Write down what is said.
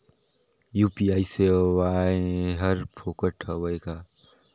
UPI सेवाएं हर फोकट हवय का?